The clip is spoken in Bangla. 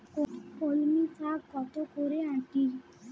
কলমি শাখ কত করে আঁটি?